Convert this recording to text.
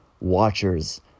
watchers